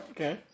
Okay